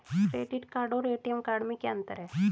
Credit card और ATM card में क्या अंतर है?